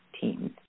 teams